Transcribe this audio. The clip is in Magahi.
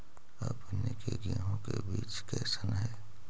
अपने के गेहूं के बीज कैसन है?